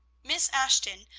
miss ashton,